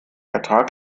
ertrag